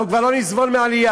אנחנו כבר לא נסבול מעלייה,